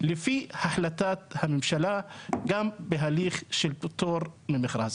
לפי החלטת הממשלה גם בהליך של פטור ממכרז.